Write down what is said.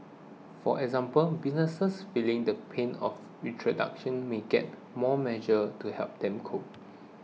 for example businesses feeling the pain of restructuring may get more measures to help them cope